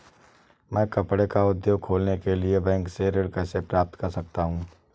मैं कपड़े का उद्योग खोलने के लिए बैंक से ऋण कैसे प्राप्त कर सकता हूँ?